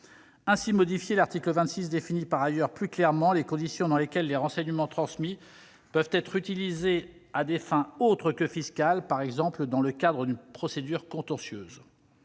Ainsi modifié, l'article 26 définit par ailleurs plus clairement les conditions dans lesquelles les renseignements transmis peuvent être utilisés à des fins autres que fiscales, par exemple dans le cadre d'une procédure contentieuse.